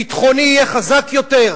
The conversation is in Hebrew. ביטחוני יהיה חזק יותר?